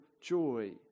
joy